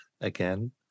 Again